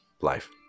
life